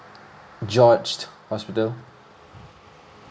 george hospital